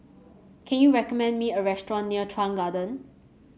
can you recommend me a restaurant near Chuan Garden